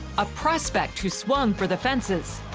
a prospect who swung for the fences.